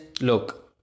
look